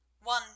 one